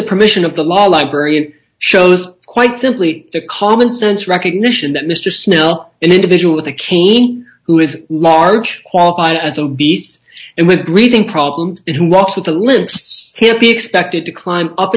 the permission of the law library shows quite simply the commonsense recognition that mr snow an individual with a cane who is large qualify as obese and with reading problems who walks with the limits here be expected to climb up